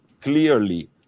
clearly